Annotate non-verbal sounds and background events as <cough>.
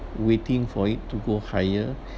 waiting for it to go higher <breath>